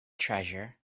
treasure